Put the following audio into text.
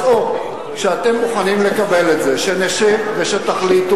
אז או שאתם מוכנים לקבל את זה שנשב ותחליטו,